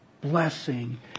blessing